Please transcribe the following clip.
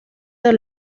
del